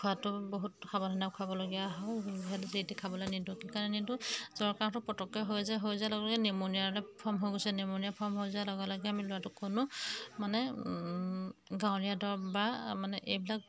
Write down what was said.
খোৱাটো বহুত সাৱধনে খুৱাবলগীয়া হয় সিহঁতক যি টি খাবলৈ নিদোঁ কি কাৰণে নিদিয়ে জ্বৰ কাহটো পটককৈ হৈ যায় হৈ যায় লগে লগে নিমুনিয়া অলপ ফৰ্ম হৈ গৈছে নিমুনিয়া ফৰ্ম হৈ যোৱাৰ লগে লগে আমি ল'ৰাটো কোনো মানে গাঁৱলীয়া দৰৱ বা মানে এইবিলাক